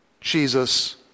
Jesus